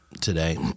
today